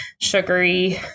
sugary